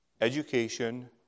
education